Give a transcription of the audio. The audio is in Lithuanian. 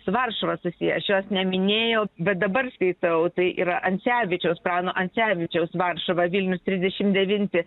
su varšuva susiję aš jos neminėjau bet dabar skaitau tai yra ancevičiaus prano ancevičiaus varšuva vilnius trisdešim devinti